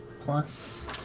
plus